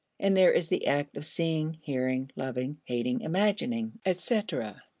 and there is the act of seeing, hearing, loving, hating, imagining, etc.